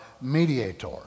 mediator